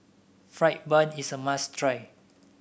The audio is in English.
fried bun is a must try